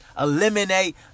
Eliminate